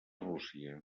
rússia